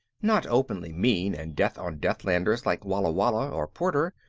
not openly mean and death-on-deathlanders like walla walla or porter,